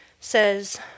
says